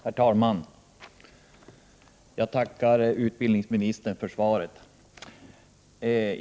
Prot. 1988/89:122 Herr talman! Jag tackar utbildningsministern för svaret.